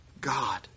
God